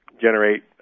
generate